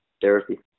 Therapy